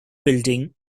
building